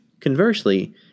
Conversely